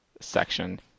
section